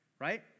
Right